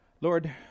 Lord